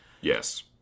yes